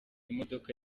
imodoka